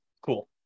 cool